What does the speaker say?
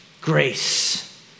grace